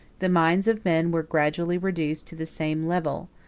the minds of men were gradually reduced to the same level,